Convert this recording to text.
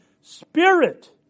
Spirit